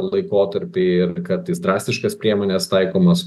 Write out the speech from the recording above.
laikotarpį ir kartais drastiškas priemones taikomas